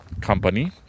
company